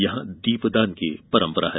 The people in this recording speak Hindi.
यहां दीपदान की परंपरा है